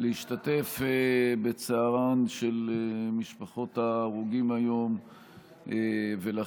להשתתף בצערן של משפחות ההרוגים היום ולאחל,